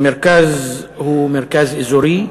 המרכז הוא מרכז אזורי,